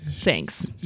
thanks